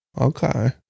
Okay